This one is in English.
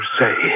say